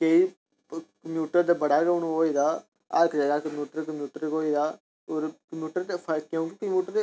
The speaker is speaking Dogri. केईं कंप्यूटर ते बड़ा गै हुन होए दा हर जगह् कंप्यूटर कंप्यटूर गै होए दे होर कंप्यूटर दे फायदे क्योंकि कंप्यूटर